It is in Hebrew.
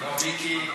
לא, מיקי,